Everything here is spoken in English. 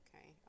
okay